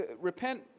repent